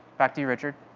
back to you, richard.